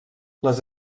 les